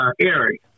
area